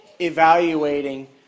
evaluating